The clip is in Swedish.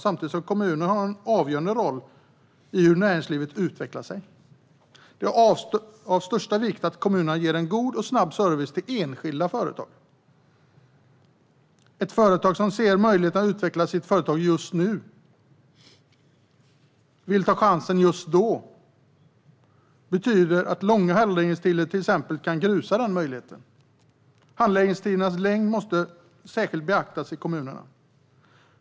Samtidigt har kommunerna en avgörande roll i hur näringslivet utvecklar sig. Det är av största vikt att kommunerna ger god och snabb service till enskilda företag. En företagare som ser möjligheten att utveckla sitt företag just nu vill ta chansen just då, och det betyder att till exempel långa handläggningstider kan grusa möjligheten. Handläggningstiderna måste särskilt beaktas i kommunerna.